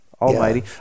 almighty